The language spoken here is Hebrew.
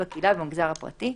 בקהילה ובמגזר הפרטי,